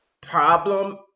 problem